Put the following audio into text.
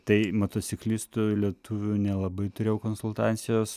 tai motociklistų lietuvių nelabai turėjau konsultacijos